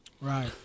Right